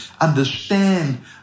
understand